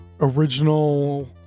original